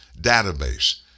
database